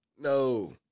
No